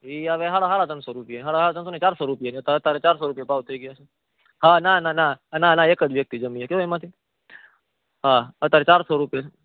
ઇ આવે હાળા ત્રણસો રૂપિયા હાળા ત્રણસોની ચારસો રૂપિયાની અતારે ચારસો રૂપિયા ભાવ થઈ ગ્યાં છે હા ના ના ના ના ના એકજ વ્યક્તિ જમે હકે હો એમાંથી હા અતારે ચારસો રૂપિયા છે